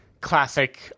classic